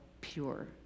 pure